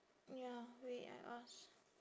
ya wait I ask